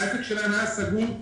העסק שלהם היה סגור,